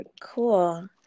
cool